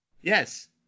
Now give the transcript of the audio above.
Yes